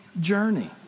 journey